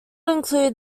include